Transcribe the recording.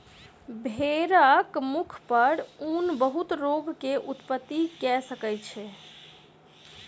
भेड़क मुख पर ऊन बहुत रोग के उत्पत्ति कय सकै छै